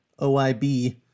oib